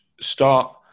start